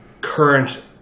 current